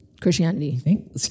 Christianity